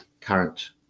current